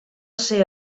ser